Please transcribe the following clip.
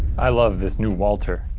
i love this new walter.